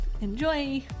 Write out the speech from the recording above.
enjoy